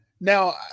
Now